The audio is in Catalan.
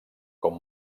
com